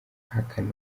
ahakana